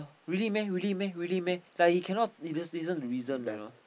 really meh really meh really meh like he cannot he just listen to reason you know